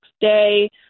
Day